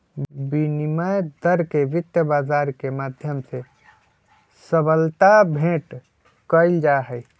विनिमय दर के वित्त बाजार के माध्यम से सबलता भेंट कइल जाहई